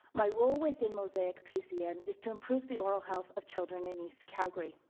my role within mosaic pcn is to improve the oral health of children in east calgary.